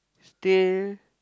still